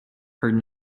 heard